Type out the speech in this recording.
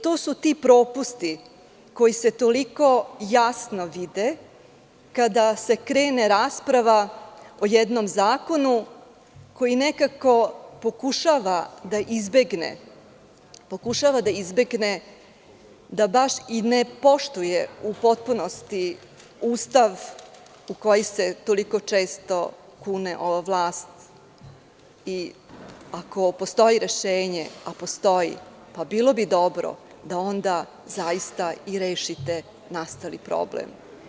To su ti propusti koji se toliko jasno vide kada se krene rasprava o jednom zakonu koji nekako pokušava da izbegne da baš i ne poštuje u potpunosti Ustav u koji se toliko često kune ova vlast i ako postoji rešenje, a postoji, bilo bi dobro da onda zaista i rešite nastali problem.